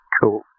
Cool